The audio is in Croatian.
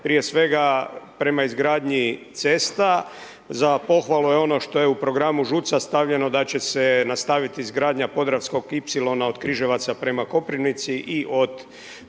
prije svega prema izgradnji cesta. Za pohvalu je ono što je u programu ŽUC-a stavljeno da će se nastaviti izgradnja Podravskog ipsilona od Križevaca prema Koprivnici i od Farkaševca